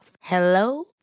Hello